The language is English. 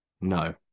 No